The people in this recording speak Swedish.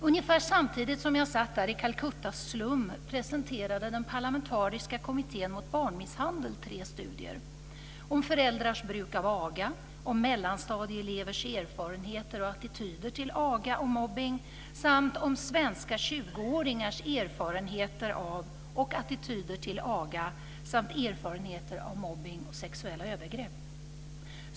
Ungefär samtidigt som jag satt där i Calcuttas slum presenterade den parlamentariska kommittén mot barnmisshandel tre studier: om föräldrars bruk av aga, om mellanstadieelevers erfarenheter av och attityder till aga och mobbning samt om svenska tjugoåringars erfarenheter av och attityder till aga samt erfarenheter av mobbning och sexuella övergrepp.